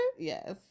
Yes